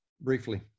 briefly